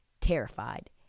terrified